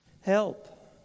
Help